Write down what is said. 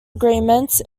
agreements